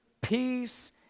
peace